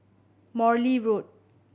Morley Road